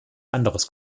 anderes